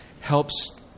helps